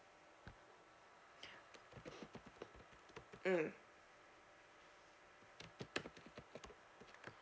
mm